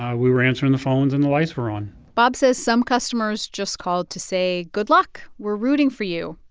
ah we were answering the phones, and the lights were on bob says some customers just called to say, good luck we're rooting for you.